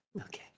Okay